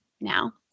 now